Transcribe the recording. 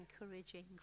encouraging